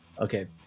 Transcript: Okay